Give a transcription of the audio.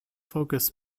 focused